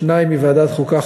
שניים מוועדת החוקה,